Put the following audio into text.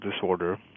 disorder